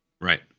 Right